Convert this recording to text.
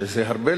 שזה הרבה,